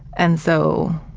and so,